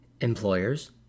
employers